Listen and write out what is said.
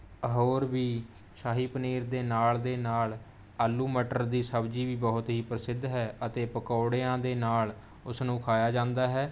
ਹੋਰ ਵੀ ਸ਼ਾਹੀ ਪਨੀਰ ਦੇ ਨਾਲ਼ ਦੇ ਨਾਲ਼ ਆਲੂ ਮਟਰ ਦੀ ਸਬਜ਼ੀ ਵੀ ਬਹੁਤ ਹੀ ਪ੍ਰਸਿੱਧ ਹੈ ਅਤੇ ਪਕੌੜਿਆਂ ਦੇ ਨਾਲ਼ ਉਸਨੂੰ ਖਾਇਆ ਜਾਂਦਾ ਹੈ